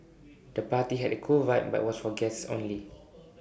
the party had A cool vibe but was for guests only